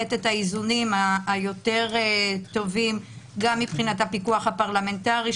האיזונים הטובים גם מבחינת הפיקוח הפרלמנטרי,